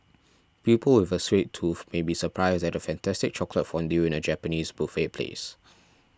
people with a sweet tooth may be surprised at a fantastic chocolate fondue in a Japanese buffet place